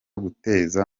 guteza